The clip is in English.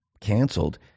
canceled